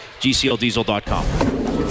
GCLDiesel.com